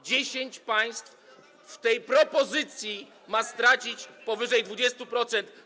10 państw według tej propozycji ma stracić powyżej 20%.